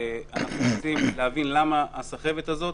להבין למה הסחבת הזו.